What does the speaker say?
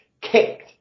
Kicked